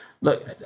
look